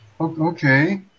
Okay